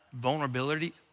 vulnerability